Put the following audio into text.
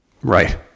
Right